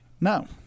no